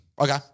Okay